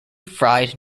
fried